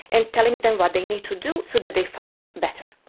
and telling them what they need to do so that they function better.